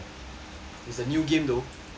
it's a new game though